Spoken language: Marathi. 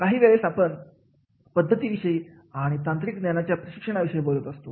काही वेळेस आपण पद्धतींविषयी आणि तांत्रिक ज्ञानाच्या प्रशिक्षणा विषयी बोलत असतो